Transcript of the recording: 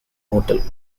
motel